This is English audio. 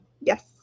Yes